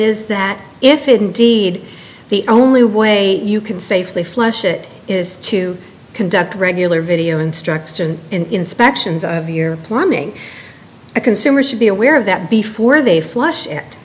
is that if indeed the only way you can safely flush it is to conduct regular video instruction and inspections of your plumbing a consumer should be aware of that before they flush it